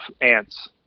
ants